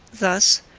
thus,